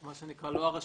זה משהו שאולי קצת הושמט.